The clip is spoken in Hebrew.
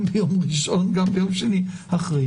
גם ביום ראשון וגם ביום שני אחרי.